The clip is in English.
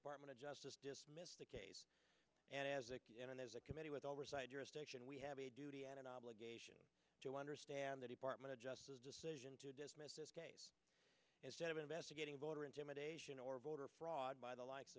department of justice dismissed the case and as a as a committee with oversight jurisdiction we have a duty and an obligation to understand the department of justice decision to dismiss this case instead of investigating voter intimidation or voter fraud by the